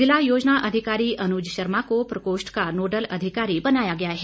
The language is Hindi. जिला योजना अधिकारी अनुज शर्मा को प्रकोष्ठ का नोडल अधिकारी बनाया गया है